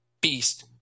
Beast